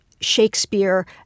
Shakespeare